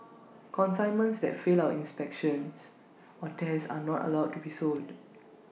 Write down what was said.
consignments that fail our inspections or tests are not allowed to be sold